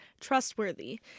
trustworthy